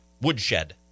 Woodshed